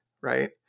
right